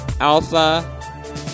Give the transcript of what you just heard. Alpha